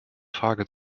frage